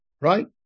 right